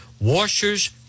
washers